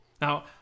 Now